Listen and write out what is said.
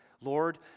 Lord